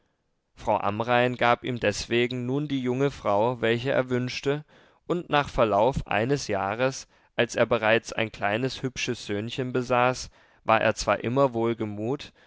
frau amrain gab ihm deswegen nun die junge frau welche er wünschte und nach verlauf eines jahres als er bereits ein kleines hübsches söhnchen besaß war er zwar immer wohlgemut